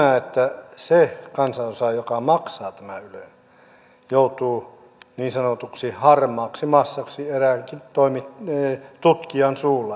mutta se kansanosa joka maksaa tämän ylen joutuu niin sanotuksi harmaaksi massaksi eräänkin tutkijan suulla